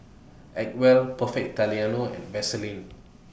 Acwell Perfect Italiano and Vaseline